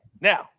Now